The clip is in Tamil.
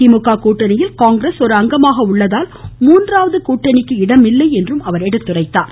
திமுக கூட்டணியில் காங்கிரஸ் ஒரு அங்கமாக உள்ளதால் மூன்றாவது கூட்டணிக்கு இடமில்லை என்றும் அவர் எடுத்துரைத்தார்